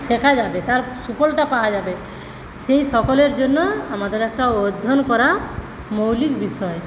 শেখা যাবে তার সুফলটা পাওয়া যাবে সেই সকলের জন্য আমাদের একটা অধ্যয়ন করা মৌলিক বিষয়